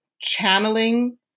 channeling